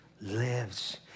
lives